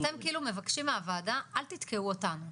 אז אתם כאילו מבקשים מהוועדה - אל תתקעו אותנו,